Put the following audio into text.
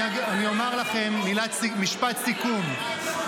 אני אומר לכם משפט סיכום.